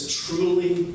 truly